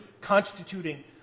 constituting